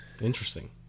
Interesting